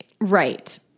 Right